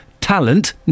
talent